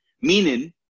meaning